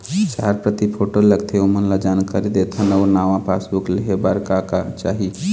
चार प्रति फोटो लगथे ओमन ला जानकारी देथन अऊ नावा पासबुक लेहे बार का का चाही?